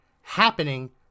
happening